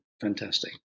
fantastic